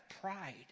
pride